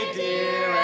dear